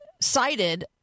cited